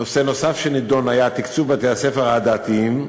נושא נוסף שנדון היה תקצוב בתי-הספר הדתיים.